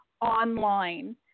online